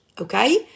Okay